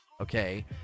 okay